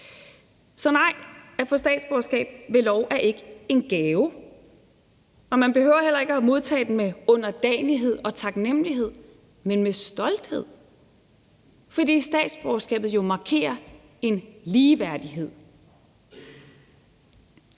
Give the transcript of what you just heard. Så nej, at få statsborgerskab ved lov er ikke en gave. Og man behøver heller ikke at modtage den med underdanighed og taknemlighed, men med stolthed, fordi statsborgerskabet jo markerer en ligeværdighed.